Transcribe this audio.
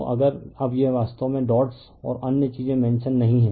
तो अगर अब यह वास्तव में डॉट्स और अन्य चीजे मेंशन नहीं है